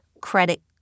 credit